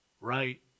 right